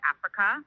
Africa